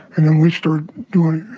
and then we started doing,